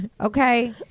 Okay